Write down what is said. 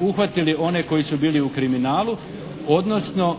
uhvatili one koji su bili u kriminalu odnosno